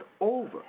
over